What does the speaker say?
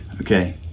okay